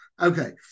Okay